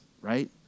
right